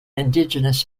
indigenous